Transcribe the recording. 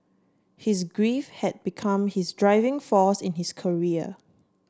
his grief had become his driving force in his career